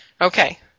Okay